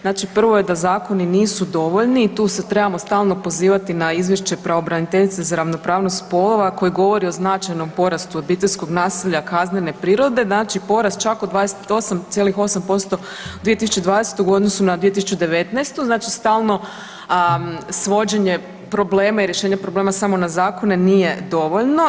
Znači prvo je da zakoni nisu dovoljni i tu se trebamo stalno pozivati na izvješće pravobraniteljice za ravnopravnost spolova koja govori o značajnom porastu obiteljskog nasilja kaznene prirode, znači porast čak od 28,8% u 2020. u odnosu na 2019., znači stalno svođenje problema i rješenje problema samo na zakone nije dovoljno.